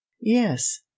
yes